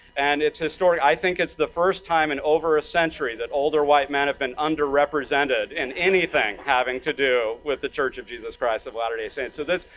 and it's a story, i think it's the first time in over a century that older white men have been underrepresented in anything having to do with the church of jesus christ of latter-day saints. so this,